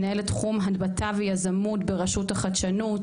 מנהלת תחום הנבטה ויזמות בראשות החדשנות.